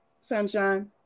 Sunshine